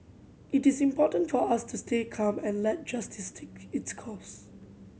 it is important for us to stay calm and let justice take its course